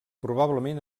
probablement